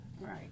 Right